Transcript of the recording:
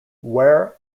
where